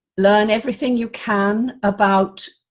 learn everything you can about,